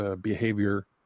behavior